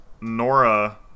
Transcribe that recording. nora